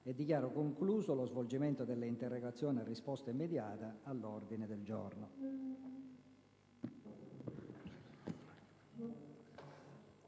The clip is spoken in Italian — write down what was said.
e dichiaro così esaurito lo svolgimento delle interrogazioni a risposta immediata all'ordine del giorno.